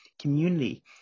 community